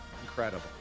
Incredible